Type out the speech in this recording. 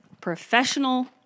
professional